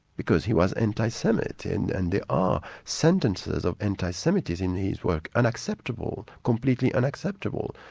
because he was anti-semite, and and there are sentences of anti-semitism in his work. unacceptable, completely unacceptable.